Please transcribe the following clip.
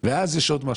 אז יש עוד משהו.